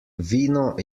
vino